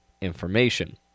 information